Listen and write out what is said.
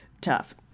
tough